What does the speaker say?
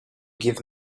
give